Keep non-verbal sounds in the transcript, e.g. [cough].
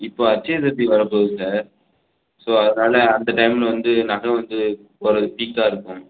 இப்போ அட்சயத் திருதி வரப் போகுது சார் ஸோ அதனால அந்த டைம்மில் வந்து நகை வந்து ஒரு [unintelligible] இருக்கும்